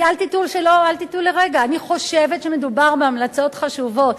אל תטעו לרגע, אני חושבת שמדובר בהמלצות חשובות.